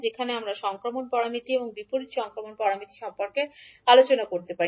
যেখানে আমরা সংক্রমণ প্যারামিটার এবং বিপরীত সংক্রমণ প্যারামিটার সম্পর্কে আলোচনা করতে পারি